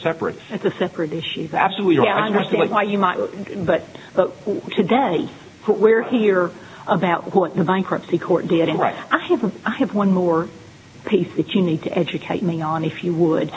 separates the separate issues absolutely understand why you might but but today what we're here about what the bankruptcy court did right i have i have one more piece that you need to educate me on if you would